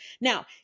Now